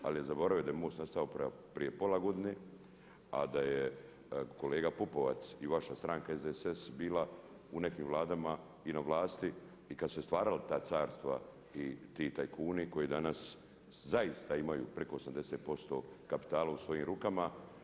Ali je zaboravio da je MOST nastao prije pola godine, a da je kolega Pupovac i vaša stranka SDSS bila u nekim vladama i na vlasti i kad su se stvarala ta carstva i ti tajkuni koji danas zaista imaju preko 80% kapitala u svojim rukama.